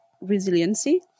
resiliency